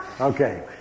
Okay